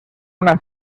una